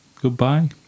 Goodbye